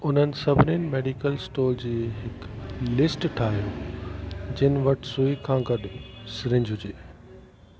उन्हनि सभिनिनि medical store जी हिक लिस्ट ठाहियो जंहिं वटि सुई खां गॾु सिरिंज हुजे